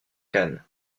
khan